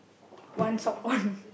one sock on